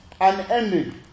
unending